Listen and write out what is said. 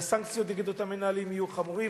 והסנקציות נגד אותם מנהלים יהיו חמורות